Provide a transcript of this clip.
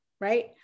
right